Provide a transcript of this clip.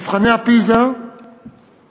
מבחני פיז"ה